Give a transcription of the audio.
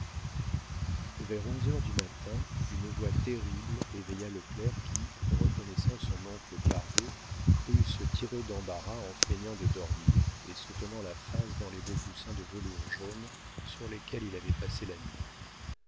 vers onze heures du matin une voix terrible éveilla le clerc qui reconnaissant son oncle cardot crut se tirer d'embarras en feignant de dormir et se tenant la face dans les beaux coussins de velours jaune sur lesquels il avait passé la nuit